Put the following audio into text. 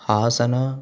Hassan